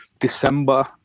December